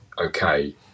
okay